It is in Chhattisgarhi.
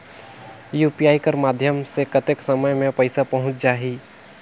यू.पी.आई कर माध्यम से कतेक समय मे पइसा पहुंच जाहि?